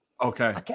Okay